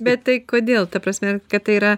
bet tai kodėl ta prasme kad tai yra